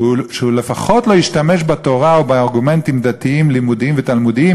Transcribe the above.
שלפחות לא ישתמש בתורה או בארגומנטים דתיים לימודיים ותלמודיים